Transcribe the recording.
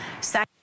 Second